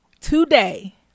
today